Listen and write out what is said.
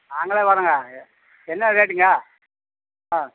நாங்களே வரோம்ங்க என்ன ரேட்டுங்க ஆ